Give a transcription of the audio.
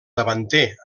davanter